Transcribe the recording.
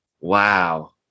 Wow